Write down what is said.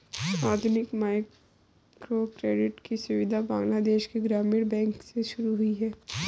आधुनिक माइक्रोक्रेडिट की सुविधा बांग्लादेश के ग्रामीण बैंक से शुरू हुई है